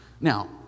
Now